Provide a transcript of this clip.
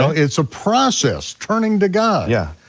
so it's a process, turning to god. yeah.